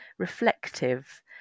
Reflective